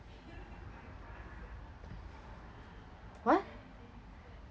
what